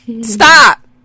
stop